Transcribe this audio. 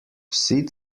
vsi